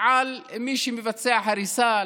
על מי שמבצע הריסה,